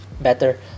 better